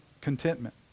contentment